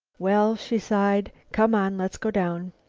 well, she sighed, come on. let's go down.